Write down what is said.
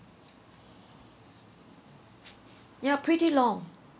ya pretty long